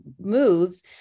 moves